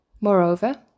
Moreover